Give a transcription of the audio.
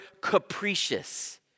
capricious